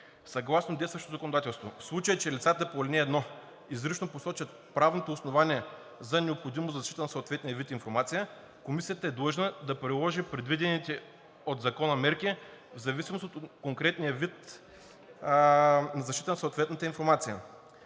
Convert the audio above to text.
Съгласно действащото законодателство, в случай че лицата по ал. 1 изрично посочат правното основание за необходимост от защита на съответния вид информация, комисията е длъжна да приложи предвидените от закона мерки в зависимост от конкретния вид защита на съответната информация.